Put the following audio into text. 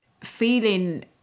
Feeling